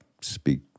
speak